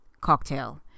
cocktail